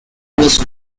was